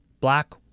Black